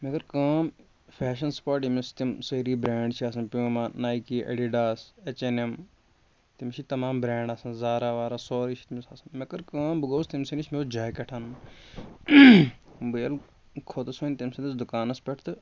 مےٚ کٔر کٲم فیشَن سٕپاٹ ییٚمِس تِم سٲری برٛینٛڈ چھِ آسان Puma Nike Adidas H N M تٔمِس چھِ تَمام برٛینٛڈ آسان زارا وارا سورُے چھُ تٔمِس آسان مےٚ کٔر کٲم بہٕ گوٚوُس تٔمۍ سٕے نِش مےٚ اوس جاکٮ۪ٹ اَنُن بہٕ ییٚلہِ کھوٚتُس وۄنۍ تٔمۍ سٕنٛدِس دُکانَس پٮ۪ٹھ تہٕ